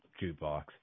jukebox